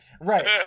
Right